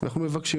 אנחנו מבקשים